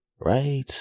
right